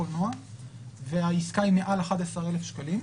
קולנוע והעסקה היא מעל 11,000 שקלים,